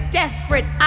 desperate